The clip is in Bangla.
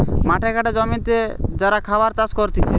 মাঠে ঘাটে জমিতে যারা খাবার চাষ করতিছে